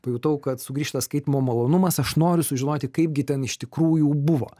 pajutau kad sugrįžta skaitymo malonumas aš noriu sužinoti kaip gi ten iš tikrųjų buvo